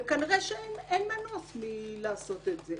כנראה שאין מנוס מלעשות את זה.